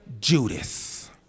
Judas